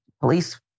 police